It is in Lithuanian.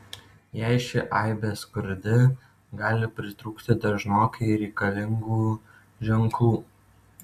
jei ši aibė skurdi gali pritrūkti dažnokai reikalingų ženklų